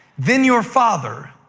then your father,